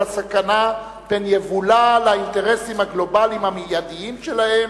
הסכנה פן יבולע לאינטרסים הגלובליים המיידיים שלהן,